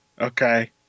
Okay